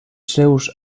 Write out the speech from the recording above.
seus